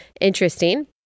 Interesting